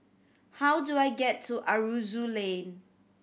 how do I get to Aroozoo Lane